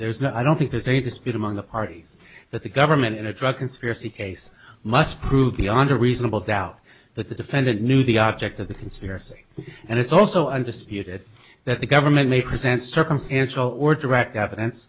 there's no i don't think there's any dispute among the parties that the government in a drug conspiracy case must prove beyond a reasonable doubt that the defendant knew the object of the conspiracy and it's also understood that the government may present circumstantial or direct evidence